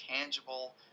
tangible